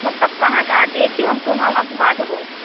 मतलब कहाँ कहाँ देखीं हों हमको वहाँ वहाँ घुमा दो बस